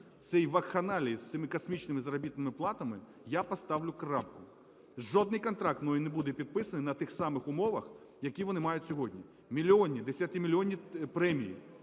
цієї вакханалії з цими космічними заробітними платами – я поставлю крапку. Жоден контракт мною не буде підписаний на тих самих умовах, які вони мають сьогодні, – мільйонні, десятимільйонні премії